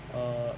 err